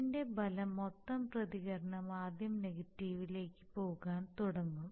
ഇതിൻറെ ഫലം മൊത്തം പ്രതികരണം ആദ്യം നെഗറ്റീവ് ലേക്ക് പോകാൻ തുടങ്ങും